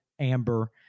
Amber